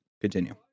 Continue